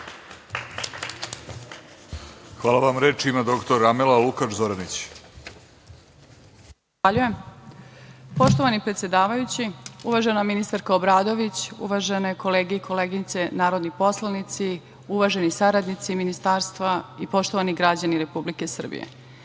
Amela Lukač Zoranić. **Amela Lukač Zoranić** Zahvaljujem. Poštovani predsedavajući, uvažena ministarko Obradović, uvažene kolege i koleginice narodni poslanici, uvaženi saradnici Ministarstva i poštovani građani Republike Srbije,